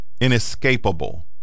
inescapable